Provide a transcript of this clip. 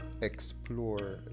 explore